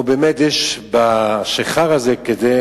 או שיש בשיכר הזה כדי